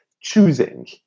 choosing